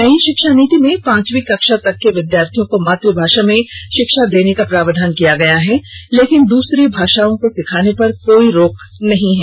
नई शिक्षा नीति में पांचवीं कक्षा तक के विद्यार्थियों को मातृभाषा में शिक्षा देने का प्रावधान किया गया है लेकिन दूसरी भाषाओं को सीखाने पर कोई रोक नहीं है